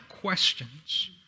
questions